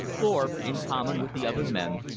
thorpe, in common with the other men,